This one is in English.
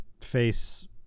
face